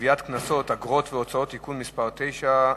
לגביית קנסות, אגרות והוצאות (תיקון מס' 9),